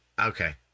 Okay